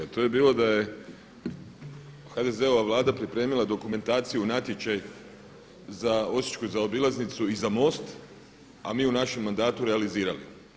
Jer to je bilo to da je HDZ-ova Vlada pripremila dokumentaciju, natječaj za Osječku zaobilaznicu i za most, a mi u našem mandatu realizirali.